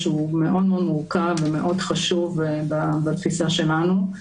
שהוא מאוד מאוד מורכב ומאוד חשוב בתפיסה שלנו,